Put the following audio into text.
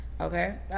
Okay